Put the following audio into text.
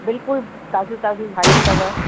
बिल्कुलु ताज़ियूं ताज़ियूं भाॼियूं अथव